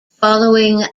following